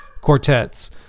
quartets